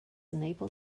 unable